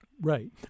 Right